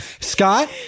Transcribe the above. Scott